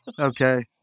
Okay